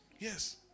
Yes